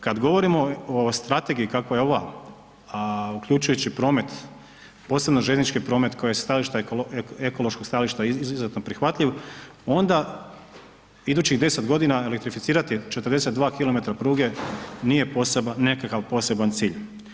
Kad govorimo o strategiji kakva je ova, a uključujući promet, posebno željeznički promet koji je sa stajališta, ekološkog stajališta izuzetno prihvatljiv onda idućih 10.g. elektrificirat je 42 km pruge nije poseban, nekakav poseban cilj.